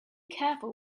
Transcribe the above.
careful